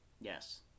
yes